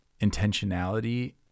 intentionality